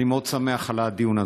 אני מאוד שמח על הדיון הזה.